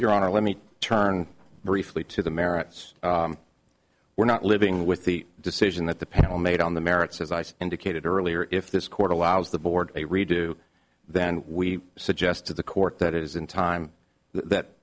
your honor let me turn briefly to the merits we're not living with the decision that the panel made on the merits as i indicated earlier if this court allows the board a redo then we suggest to the court that it is in time that